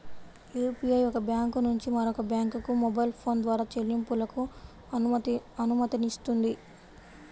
UPI ఒక bank నుంచి మరొక బ్యాంకుకు మొబైల్ ఫోన్ ద్వారా చెల్లింపులకు అనుమతినిస్తుంది